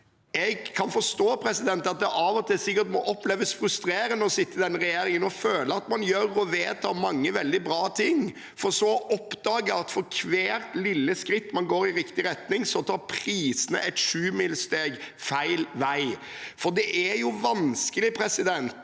Jeg kan forstå at det av og til må oppleves frustrerende å sitte i denne regjeringen og føle at man gjør og vedtar mange veldig bra ting, for så å oppdage at for hvert lite skritt man går i riktig retning, tar prisene et sjumilssteg feil vei. For det er vanskelig å si noe